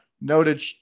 Noted